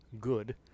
good